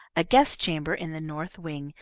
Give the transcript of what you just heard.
a guest-chamber in the north wing,